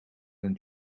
than